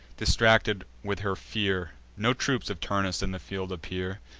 distracted with her fear no troops of turnus in the field appear.